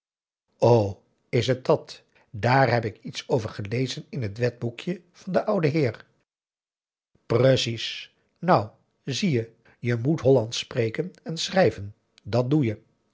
is het dat daar heb ik iets over gelezen in het wetboekje van den ouden heer precies nou zie je je moet hollandsch spreken en schrijven dat doe je